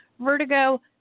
vertigo